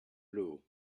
blow